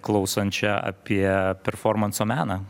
klausančią apie performanso meną